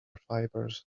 fibers